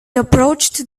approached